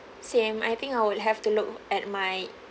same I think I would have to look at my